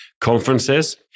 conferences